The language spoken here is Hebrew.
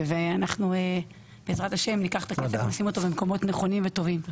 ואנחנו בעזרת ה' ניקח את הכסף נשים אותו במקומות נכונים וטובים.